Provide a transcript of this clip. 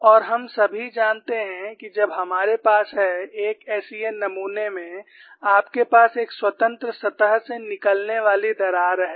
और हम सभी जानते हैं कि जब हमारे पास है एक एसईएन नमूने में आपके पास एक स्वतंत्र सतह से निकलने वाली दरार है